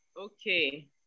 Okay